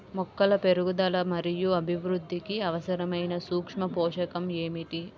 మొక్కల పెరుగుదల మరియు అభివృద్ధికి అవసరమైన సూక్ష్మ పోషకం ఏమిటి?